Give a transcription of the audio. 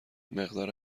مقدار